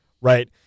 right